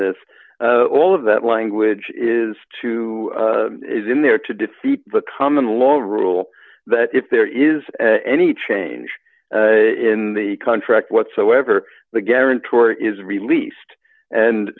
this all of that language is to is in there to defeat the common law rule that if there is any change in the contract whatsoever the guarantor is released and